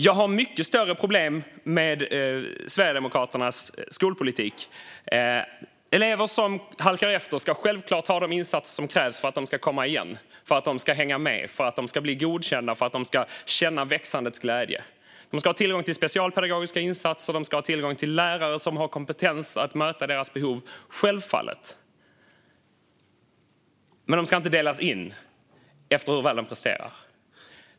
Jag har mycket större problem med Sverigedemokraternas skolpolitik. Elever som halkar efter ska självfallet ha de insatser som krävs för att de komma igen, hänga med, bli godkända och känna växandets glädje. De ska självfallet ha tillgång till specialpedagogiska insatser och lärare som har kompetens att möta deras behov, men de ska inte delas in efter hur väl de presterar.